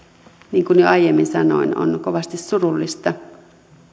niin kuin jo aiemmin sanoin on kovasti surullista